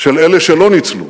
של אלה שלא ניצלו,